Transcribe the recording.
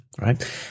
right